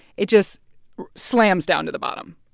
it just slams down to the bottom.